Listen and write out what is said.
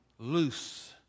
Loose